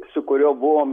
su kuriuo buvom